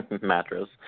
Mattress